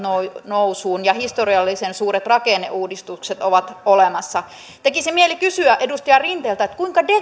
nousuun ja historiallisen suuret rakenneuudistukset ovat olemassa tekisi mieli kysyä edustaja rinteeltä kuinka